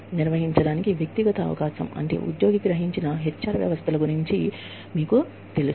మనము నిర్వహించడానికి వ్యక్తిగత అవకాశం గురించి మాట్లాడేటప్పుడు మీకు తెలుసా అదే ఉద్యోగి గ్రహించిన HR వ్యవస్థలు